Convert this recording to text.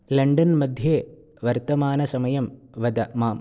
लण्डन्मध्ये वर्तमानं समयं वद माम्